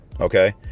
Okay